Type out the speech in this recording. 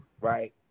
Right